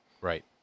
Right